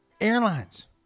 Airlines